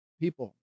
people